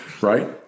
right